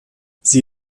sie